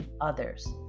others